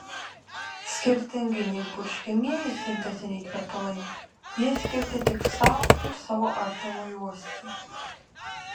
skirtingai nei purškiamieji sintetiniai kvepalai jie skirti tik sau ir savo artimui uosti